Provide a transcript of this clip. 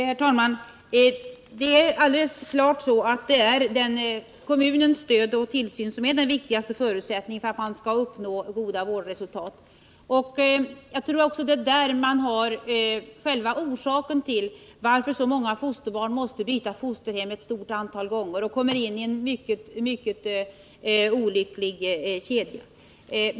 Herr talmanl! Det är alldeles klart att det är kommunens stöd och tillsyn som är den viktigaste förutsättningen för att man skall uppnå goda vårdresultat. Jag tror också att det är på den punkten man måste söka orsaken till att så många fosterbarn måste byta fosterhem ett stort antal gånger och därmed kommer in i en mycket olycklig kedja.